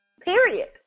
period